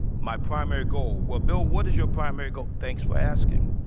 my primary goal. well, bill, what is your primary goal? thanks for asking.